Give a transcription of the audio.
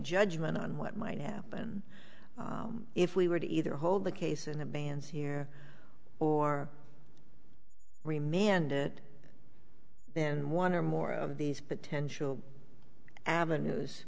judgment on what might happen if we were to either hold the case in the bands here or remain and it then one or more of these potential avenues